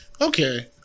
Okay